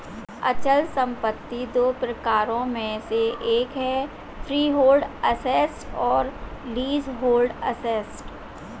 अचल संपत्ति दो प्रकारों में से एक है फ्रीहोल्ड एसेट्स और लीजहोल्ड एसेट्स